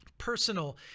personal